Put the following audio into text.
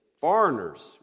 foreigners